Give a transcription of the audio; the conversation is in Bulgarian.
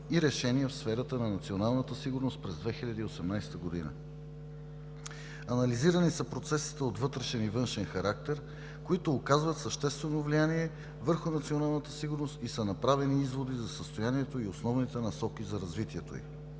и решения в сферата на националната сигурност през 2018 г. Анализирани са процесите от вътрешен и външен характер, които оказват съществено влияние върху националната сигурност и са направени изводи за състоянието и основните насоки за развитието ѝ.